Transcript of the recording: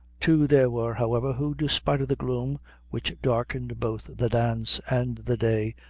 two there were, however, who, despite of the gloom which darkened both the dance and the day,